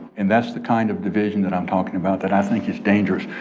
and that's the kind of division that i'm talking about that i think it's dangerous.